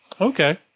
Okay